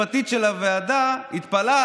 הפרטיות של ראש הממשלה יצחק רבין, זיכרונו לברכה,